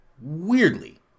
weirdly